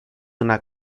una